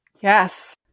Yes